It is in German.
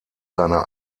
seiner